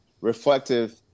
reflective